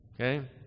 Okay